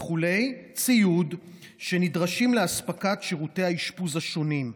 ציוד וכו', שנדרשים לאספקת שירותי האשפוז השונים.